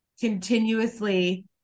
continuously